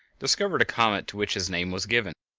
discovered a comet to which his name was given.